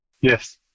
Yes